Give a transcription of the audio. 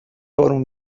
بارون